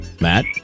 Matt